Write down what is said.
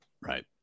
Right